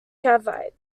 cavite